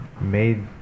made